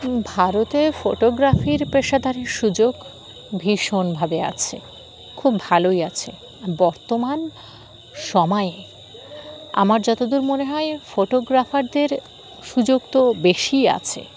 ভারতে ফটোগ্রাফির পেশাটার সুযোগ ভীষণভাবে আছে খুব ভালোই আছে আর বর্তমান সময়ে আমার যতদূর মনে হয় ফটোগ্রাফারদের সুযোগ তো বেশিই আছে